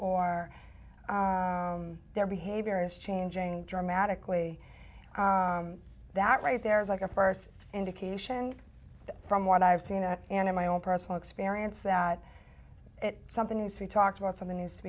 or their behavior is changing dramatically that right there is like a first indication from what i've seen and in my own personal experience that it something needs to be talked about something needs to